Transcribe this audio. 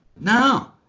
No